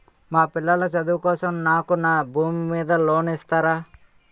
మా పిల్లల చదువు కోసం నాకు నా భూమి మీద లోన్ ఇస్తారా?